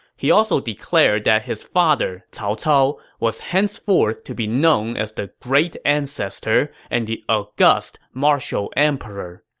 he also declared that his father, cao cao, was henceforth to be known as the great ancestor and the august martial emperor.